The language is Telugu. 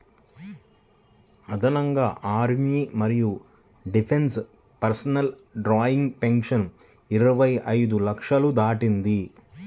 అదనంగా ఆర్మీ మరియు డిఫెన్స్ పర్సనల్ డ్రాయింగ్ పెన్షన్ ఇరవై ఐదు లక్షలు దాటింది